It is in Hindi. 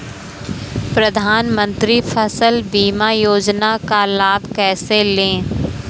प्रधानमंत्री फसल बीमा योजना का लाभ कैसे लें?